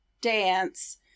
dance